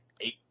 eight